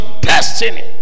destiny